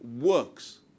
works